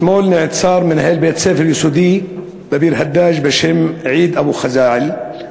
אתמול נעצר מנהל בית-ספר יסודי בביר-הדאג' בשם עיד אבו חזאעל.